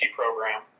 program